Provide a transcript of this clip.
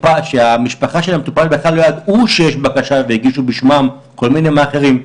שהמשפחה של המטופל בכלל לא ידעו שיש בקשה והגישו בשמם כל מיני מאכערים.